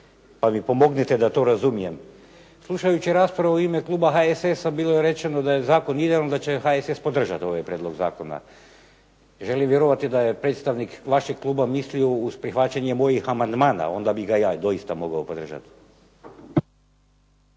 pa mi pomognite da to razumijem. Slušajući raspravu u ime kluba HSS-a bilo je rečeno da je …/Govornik se ne razumije./… da će HSS podržati ovaj prijedlog zakona. Želim vjerovati da je predstavnik vašeg kluba mislio uz prihvaćanje mojih amandmana, onda bi ga ja doista mogao podržati.